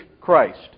Christ